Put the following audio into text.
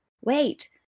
wait